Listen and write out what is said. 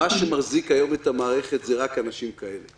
מה שמחזיק היום את המערכת זה רק אנשים כאלה.